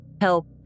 help